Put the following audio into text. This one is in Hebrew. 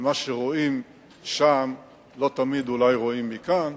ומה שרואים שם לא תמיד אולי רואים מכאן,